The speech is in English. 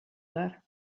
that